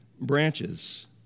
branches